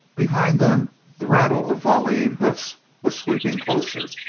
behind them, the rattle of volleying hoofs was sweeping closer.